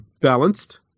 balanced